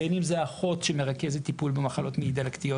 בין אם זה אחות שמרכזת טיפול במחלות מעי דלקתיות